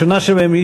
שקיפות וגילוי שומות